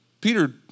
Peter